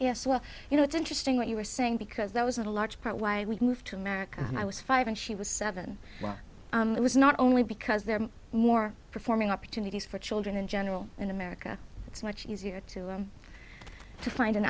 yes well you know it's interesting what you were saying because that was a large part why we moved to america when i was five and she was seven it was not only because there are more performing opportunities for children in general in america it's much easier to him to find an